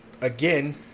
again